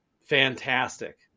fantastic